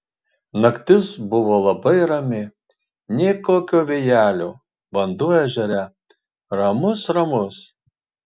naktis buvo labai rami nė kokio vėjelio vanduo ežere ramus ramus